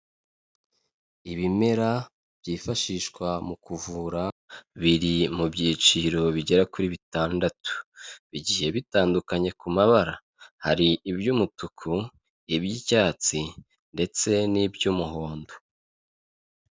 Ibimera byifashishwa mu kuvura biri mu byiciro bigera kuri bitandatu, bigiye bitandukanye ku mabara hari iby'umutuku, iby'icyatsi, ndetse n'iby'umuhondo.